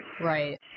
right